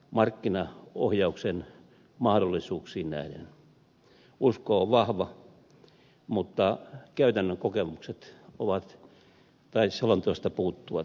usko on vahva mutta käytännön kokemukset selonteosta puuttuvat